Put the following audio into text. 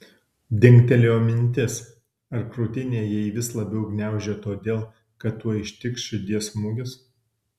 dingtelėjo mintis ar krūtinę jai vis labiau gniaužia todėl kad tuoj ištiks širdies smūgis